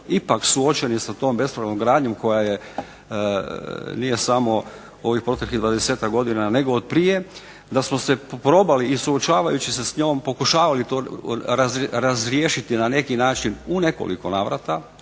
ipak suočeni sa tom bespravnom gradnjom koja je, nije samo u ovih proteklih dvadesetak godina nego od prije, da smo se probali i suočavajući se sa njom pokušavali to razriješiti na neki način u nekoliko navrata